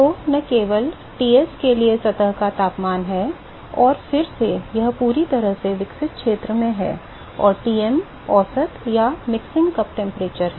तो न केवल Ts के लिए सतह का तापमान है और फिर से यह पूरी तरह से विकसित क्षेत्र में है और Tm औसत या मिक्सिंग कप तापमान है